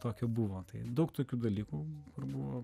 tokio buvo tai daug tokių dalykų buvo